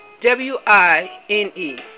W-I-N-E